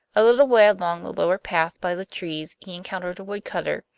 a little way along the lower path by the trees he encountered a woodcutter,